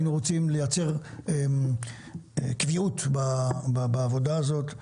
היינו רוצים לייצר קביעות בעבודה הזו,